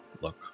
look